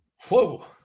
Whoa